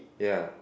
ya